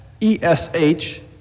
E-S-H